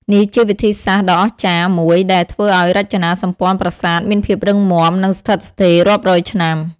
នេះជាវិធីសាស្ត្រដ៏អស្ចារ្យមួយដែលធ្វើឱ្យរចនាសម្ព័ន្ធប្រាសាទមានភាពរឹងមាំ និងស្ថិតស្ថេររាប់រយឆ្នាំ។